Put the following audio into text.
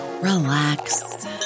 relax